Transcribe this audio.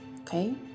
okay